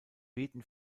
beten